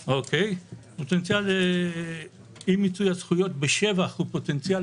פוטנציאל אי מיצוי הזכויות בשבח הוא פוטנציאל